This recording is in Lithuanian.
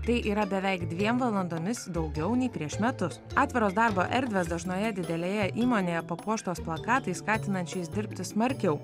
tai yra beveik dviem valandomis daugiau nei prieš metus atviros darbo erdvės dažnoje didelėje įmonėje papuoštos plakatais skatinančiais dirbti smarkiau